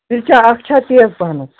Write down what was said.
تہِ چھا اکھ چھا تیز پَہن